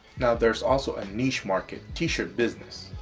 now there's also a niche market t-shirt business.